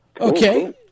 Okay